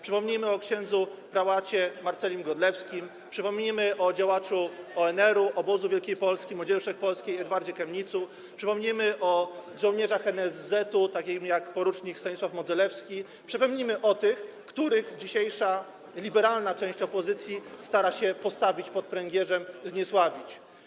Przypomnijmy o ks. prałacie Marcelim Godlewskim, przypomnijmy o działaczu ONR-u, Obozu Wielkiej Polski, Młodzieży Wszechpolskiej Edwardzie Kemnitzu, przypomnijmy o żołnierzach NSZ, takich jak por. Sławomir Modzelewski, przypomnijmy o tych, których dzisiejsza liberalna część opozycji stara się postawić pod pręgierzem i zniesławić.